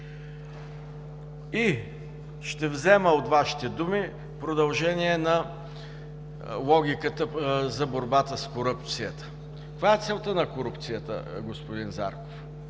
И ще взема от Вашите думи продължение на логиката за борбата с корупцията: каква е целта на корупцията, господин Зарков?